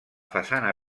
façana